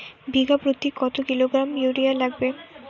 বিঘাপ্রতি কত kilogram urea লাগবে?